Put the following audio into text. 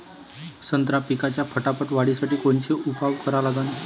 संत्रा पिकाच्या फटाफट वाढीसाठी कोनचे उपाव करा लागन?